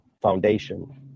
foundation